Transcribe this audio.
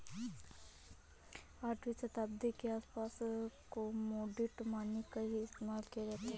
आठवीं शताब्दी के आसपास कोमोडिटी मनी का ही इस्तेमाल किया जाता था